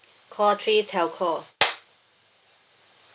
call three telco